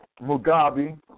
Mugabe